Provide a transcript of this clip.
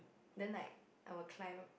then like I will climb